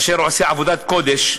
אשר עושה עבודת קודש,